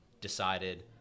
decided